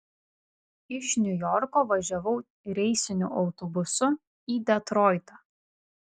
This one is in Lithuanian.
iš niujorko važiavau reisiniu autobusu į detroitą